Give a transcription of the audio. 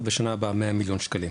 ובשנה הבאה 100 מיליון שקלים,